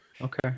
Okay